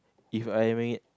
If I